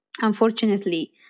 Unfortunately